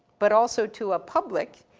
but also to a public,